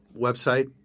website